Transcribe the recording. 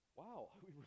wow